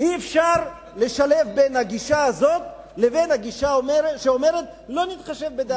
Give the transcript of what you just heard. אי-אפשר לשלב בין הגישה הזאת לבין הגישה שאומרת: לא נתחשב בדעתם.